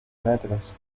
metros